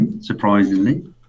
surprisingly